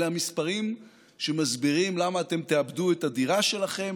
אלה המספרים שמסבירים למה אתם תאבדו את הדירה שלכם,